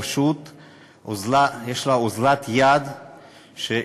אוזלת היד שלה,